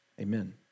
Amen